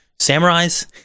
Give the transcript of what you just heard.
samurais